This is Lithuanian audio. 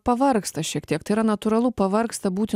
pavargsta šiek tiek tai yra natūralu pavargsta būti